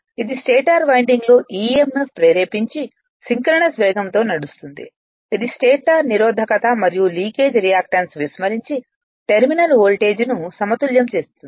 ఇది స్టేటర్ వైండింగ్లో emf ప్రేరేపించి సింక్రోనస్ వేగంతో నడుస్తుంది ఇది స్టేటర్ నిరోధకత మరియు లీకేజ్ రియాక్టన్స్ విస్మరించి టెర్మినల్ వోల్టేజ్ను సమతుల్యం చేస్తుంది